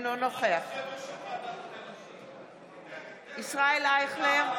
אינו נוכח ישראל אייכלר,